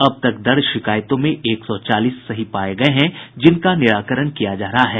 अब तक दर्ज शिकायतों में एक सौ चालीस सही पाये गये हैं जिनका निराकरण किया जा रहा है